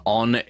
on